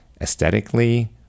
aesthetically